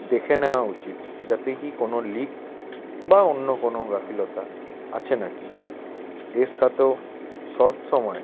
দেখে নেওয়া উচিত যাতে কি কোনো লিক বা অন্য কোনো গাফিলতি আছে না কি এর সাথেও সব সময়